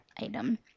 item